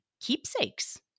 keepsakes